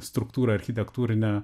struktūrą architektūrinę